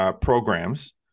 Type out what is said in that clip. programs